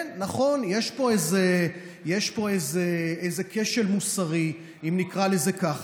כן, נכון, יש פה איזה כשל מוסרי, אם נקרא לזה ככה.